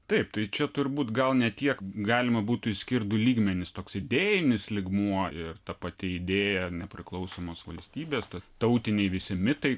taip tai čia turbūt gal ne tiek galima būtų išskirt du lygmenys toks idėjinis lygmuo ir ta pati idėja nepriklausomos valstybės ta tautiniai visi mitai